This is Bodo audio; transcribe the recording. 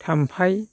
थाम्फै